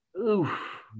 Oof